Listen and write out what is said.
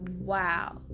wow